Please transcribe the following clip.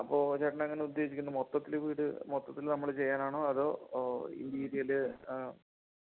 അപ്പോൾ ചേട്ടൻ എങ്ങനെയാണ് ഉദ്ദേശിക്കുന്നത് മൊത്തത്തിൽ വീട് മൊത്തത്തിൽ നമ്മൾ ചെയ്യാനാണോ അതോ ഇന്റീരിയൽ